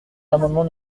l’amendement